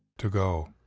to go?